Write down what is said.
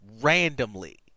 randomly